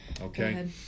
Okay